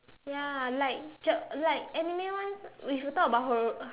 ya like Jap~ like Anime ones if you talk about uh ro~